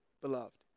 beloved